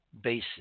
bases